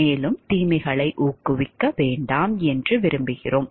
மேலும் தீமைகளை ஊக்குவிக்க வேண்டாம் என்று விரும்புகிறோம்